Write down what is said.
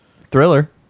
Thriller